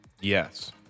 Yes